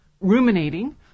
ruminating